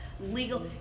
Legal